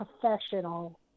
professional